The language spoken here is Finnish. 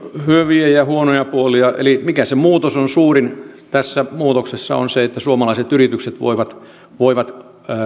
hyviä ja huonoja puolia eli suurin muutos tässä muutoksessa on se että suomalaiset yritykset voivat voivat